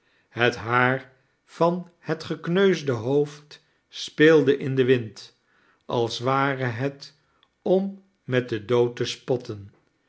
het haar van het gekneusde hoofd speelde in den wind als ware het om met den dood te spotten